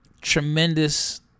tremendous